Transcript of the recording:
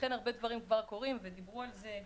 ואכן הרבה דברים כבר קורים, ודיברו על זה: